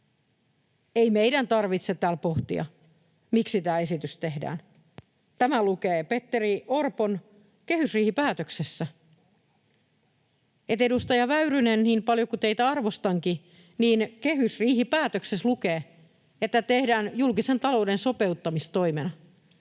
Ei meidän tarvitse täällä pohtia, miksi tämä esitys tehdään. Tämä lukee Petteri Orpon kehysriihipäätöksessä. Edustaja Väyrynen, niin paljon kuin teitä arvostankin, kehysriihipäätöksessä lukee, että tämä tehdään julkisen talouden sopeuttamistoimena.